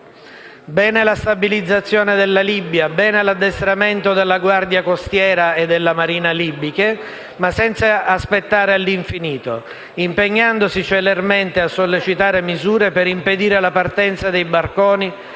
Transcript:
bene la stabilizzazione della Libia, bene l'addestramento della Guardia costiera e della Marina libiche, ma senza aspettare all'infinito, impegnandosi celermente a sollecitare misure per impedire la partenza dei barconi